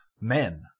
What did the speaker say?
men